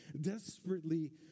desperately